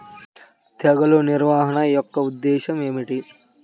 తెగులు నిర్వహణ యొక్క ఉద్దేశం ఏమిటి?